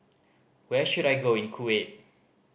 where should I go in Kuwait